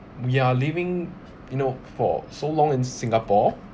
we are living you know for so long in singapore